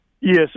Yes